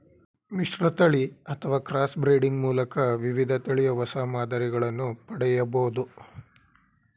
ಮಿಶ್ರತಳಿ ಅಥವಾ cross breeding ಮೂಲಕ ವಿವಿಧ ತಳಿಯ ಹೊಸ ಮಾದರಿಗಳನ್ನು ಪಡೆಯಬೋದು